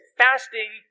fasting